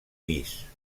pis